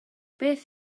beth